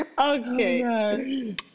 Okay